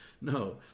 No